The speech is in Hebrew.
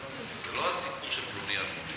זה לא הסיפור של פלוני אלמוני